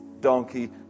donkey